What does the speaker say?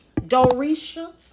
dorisha